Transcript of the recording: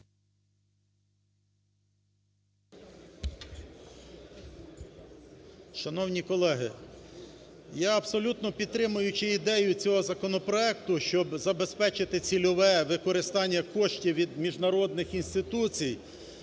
Шановні колеги, я абсолютно підтримуючи ідею цього законопроекту, щоб забезпечити цільове використання коштів від міжнародних інституцій,